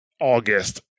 August